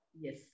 Yes